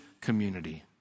community